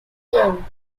game